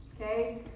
Okay